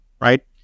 right